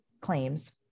claims